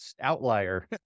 outlier